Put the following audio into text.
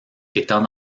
étant